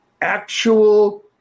actual